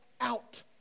out